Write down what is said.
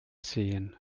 sehen